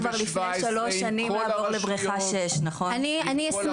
אתם הייתם צריכים כבר לפני שלוש שנים לעבור לבריכה 6. אני אשמח